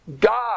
God